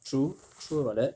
true true about that